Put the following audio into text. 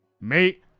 Mate